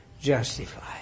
justified